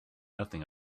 nothing